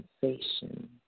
sensation